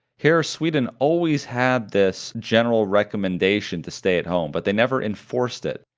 here, sweden always had this general recommendation to stay at home, but they never enforced it,